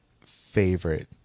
favorite